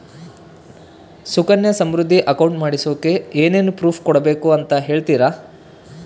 Sukanya Samriddhi account ಮಾಡಿಸೋಕೆ ಏನೇನು proof ಕೊಡಬೇಕು ಅಂತ ಹೇಳ್ತೇರಾ?